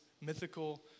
mythical